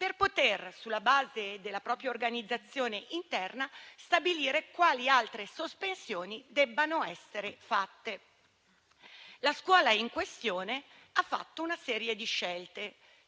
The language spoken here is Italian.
stabilire, sulla base della propria organizzazione interna, quali altre sospensioni debbano essere fatte. La scuola in questione ha fatto una serie di scelte.